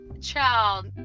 Child